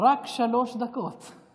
רק שלוש דקות.